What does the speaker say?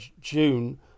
June